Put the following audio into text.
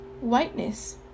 whiteness